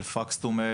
.Fax to Mail